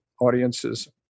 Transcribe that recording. audiences